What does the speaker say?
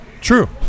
True